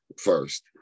first